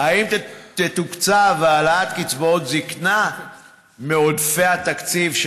4. האם תתוקצב העלאת קצבאות זקנה מעודפי התקציב,